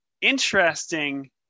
interesting